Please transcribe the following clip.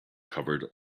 covered